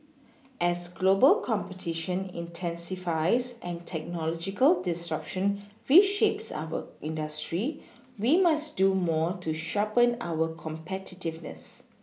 as global competition intensifies and technological disruption reshapes our industry we must do more to sharpen our competitiveness